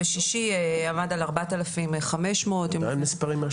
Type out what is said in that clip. בשישי עמד על 4,500. עדיין מספרים גבוהים.